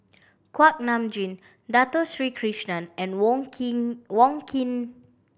Kuak Nam Jin Dato Sri Krishna and Wong Keen Wong Keen